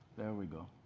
there we go.